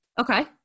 Okay